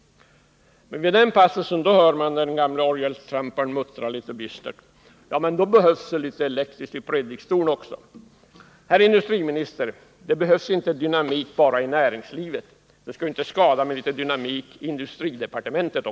Vid den passusen hörde man de gamle orgeltram paren litet bistert muttra: Ja, men då behövs det nog litet elektricitet i predikstolen också. Herr industriminister! Det räcker inte med dynamik enbart i näringslivet. Det skulle inte skada med litet dynamik även i